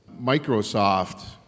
Microsoft